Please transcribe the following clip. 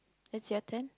it's your turn